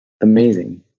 amazing